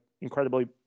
incredibly